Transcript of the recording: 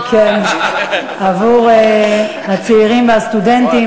עבור הצעירים והסטודנטים,